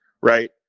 right